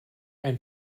ein